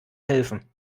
helfen